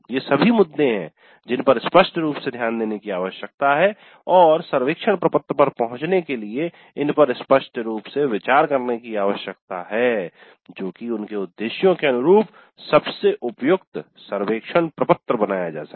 ये सभी मुद्दे हैं जिन पर स्पष्ट रूप से ध्यान देने की आवश्यकता है और सर्वेक्षण प्रपत्र पर पहुंचने के लिए इन पर स्पष्ट रूप से विचार करने की आवश्यकता है जो उनके उद्देश्यों के अनुरूप सबसे उपयुक्त सर्वेक्षण प्रपत्र बनाया जा सके